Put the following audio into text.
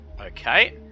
Okay